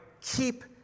keep